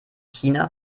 china